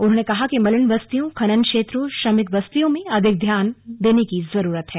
उन्होंने कहा कि मलिन बस्तियों खनन क्षेत्रों श्रमिक बस्तियों में अधिक ध्यान देने की जरूरत है